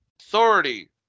Authority